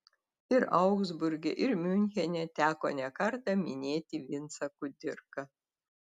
ir augsburge ir miunchene teko nekartą minėti vincą kudirką